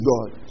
God